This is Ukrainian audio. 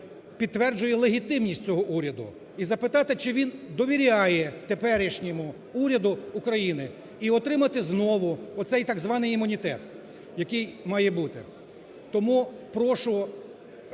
підтверджує легітимність цього уряду, і запитати, чи він довіряє теперішньому уряду України, і отримати знову оцей так званий імунітет, який має бути. Тому прошу